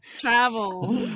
travel